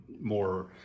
more